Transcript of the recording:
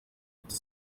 ati